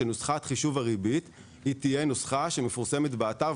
שנוסחת חישוב הריבית תהיה נוסחה שמפורסמת באתר,